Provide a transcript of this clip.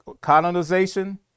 colonization